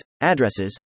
addresses